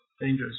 dangerous